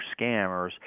scammers